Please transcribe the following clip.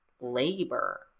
Labor